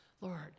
Lord